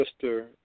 sister